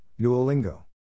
Duolingo